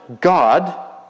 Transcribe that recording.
God